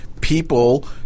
people